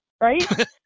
right